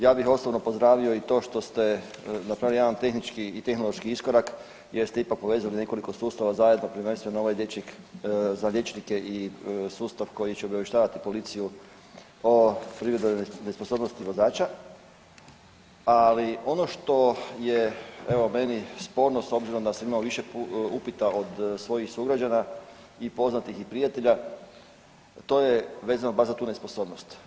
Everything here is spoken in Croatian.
Ja bih osobno pozdravio i to što ste napravili jedan tehnički i tehnološki iskorak jer ste ipak povezali nekoliko sustava zajedno, prvenstveno ovog liječnik, za liječnike i sustav koji će obaviještavati policiju o privremenoj nesposobnosti vozača, ali ono što je evo, meni sporno, s obzirom da sam imao više upita od svojih sugrađana i poznatih i prijatelja, to je vezano baš za tu nesposobnost.